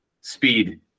Speed